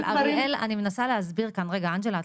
אני מנסה להסביר כאן רגע אנג'לה,